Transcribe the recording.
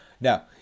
Now